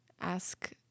ask